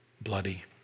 Bloody